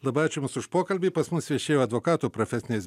labai ačiū jums už pokalbį pas mus viešėjo advokatų profesinės